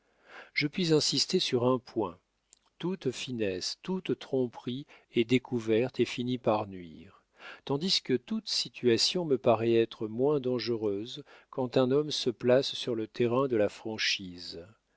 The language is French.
je puis insister sur un point toute finesse toute tromperie est découverte et finit par nuire tandis que toute situation me paraît être moins dangereuse quand un homme se place sur le terrain de la franchise